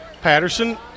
Patterson